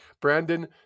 Brandon